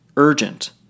Urgent